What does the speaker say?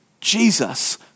Jesus